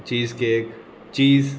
cheese cake cheese